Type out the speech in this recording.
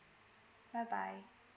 bye bye